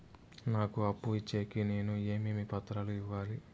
నాకు అప్పు ఇచ్చేకి నేను ఏమేమి పత్రాలు ఇవ్వాలి